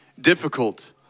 difficult